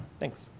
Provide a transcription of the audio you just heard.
thanks.